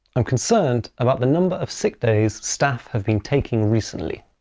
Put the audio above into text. i'm concerned about the number of sick days staff have been taking recently.